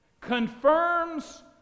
confirms